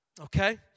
Okay